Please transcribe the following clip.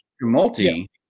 multi